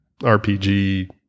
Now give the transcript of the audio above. RPG